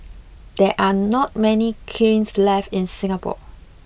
there are not many kilns left in Singapore